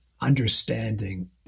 understanding